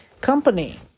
company